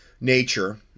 Nature